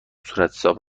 صورتحساب